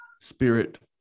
spirit